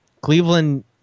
Cleveland